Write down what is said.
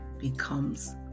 becomes